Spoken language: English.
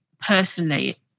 personally